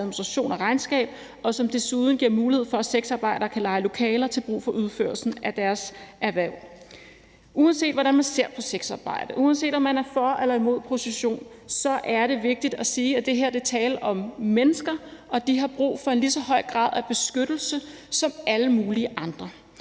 administration og regnskab, og som desuden giver mulighed for, at sexarbejdere kan leje lokaler til brug for udførelsen af deres erhverv. Uanset hvordan man ser på sexarbejde, uanset om man er for eller imod prostitution, så er det vigtigt at sige, at der her er tale om mennesker, og at de har brug for en lige så høj grad af beskyttelse som alle mulige andre,